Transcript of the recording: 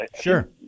Sure